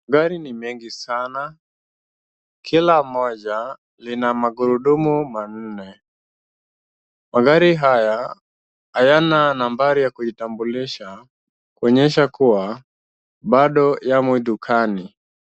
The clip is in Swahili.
Gari ni mengi sana. Kila moja lina magurudumu manne. Magari haya hayana nambari ya kuitambulisha, kuonyesha kuwa bado yamo dukani.